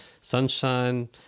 sunshine